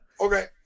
Okay